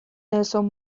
نلسون